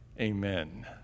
Amen